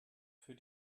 für